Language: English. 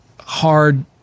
hard